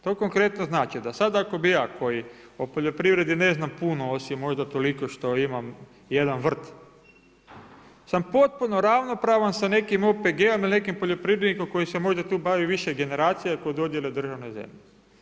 To konkretno znači da sam ako bi ja koji o poljoprivredi ne znam puno osim možda toliko što imam jedan vrt, sam potpuno ravnopravan sa nekim OPG-om ili nekim poljoprivrednikom koji se možda tu bavi više generacija oko dodjele državne zemlje.